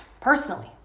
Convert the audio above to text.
personally